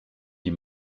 die